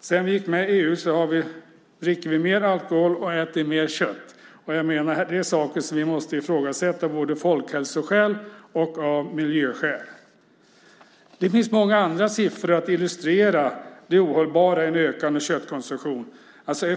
Sedan vi gick med i EU dricker vi mer alkohol och äter mer kött. Det är saker som vi måste ifrågasätta av både folkhälsoskäl och miljöskäl. Det finns många andra siffror som illustrerar det ohållbara i en ökande köttkonsumtion.